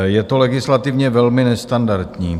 Je to legislativně velmi nestandardní.